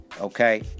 Okay